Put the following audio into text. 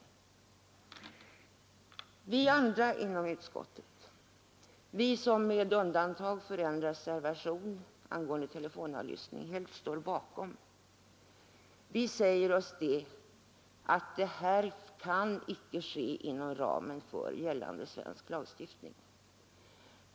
Vi andra inom utskottet, vi som med undantag för en reservation angående telefonavlyssning är helt eniga, säger oss att ingenting bör göras inom gällande svensk lagstiftning.